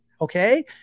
Okay